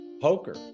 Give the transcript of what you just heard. poker